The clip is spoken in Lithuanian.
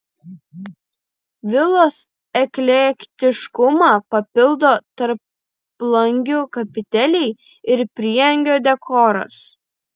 vilos eklektiškumą papildo tarplangių kapiteliai ir prieangio dekoras